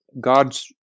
God's